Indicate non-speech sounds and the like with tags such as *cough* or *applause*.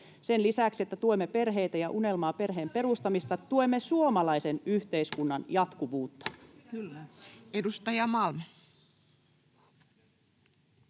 Sen lisäksi, että tuemme perheitä ja unelmaa perheen perustamisesta, tuemme suomalaisen yhteiskunnan *noise*